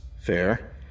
Fair